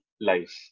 life